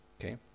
Okay